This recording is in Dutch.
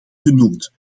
genoemd